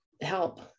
help